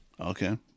Okay